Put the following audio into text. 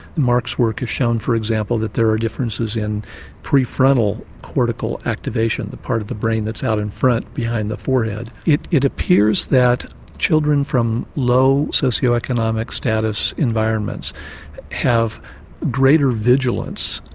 mark's work has shown for example that there are differences in prefrontal cortical activation, the part of the brain that's out in front, behind the forehead. it it appears that children from low socioeconomic status environments have greater vigilance,